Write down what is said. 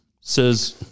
says